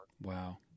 Wow